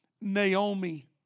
Naomi